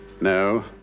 No